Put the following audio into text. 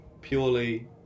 purely